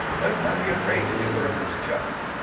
let us not be afraid to do whatever is just.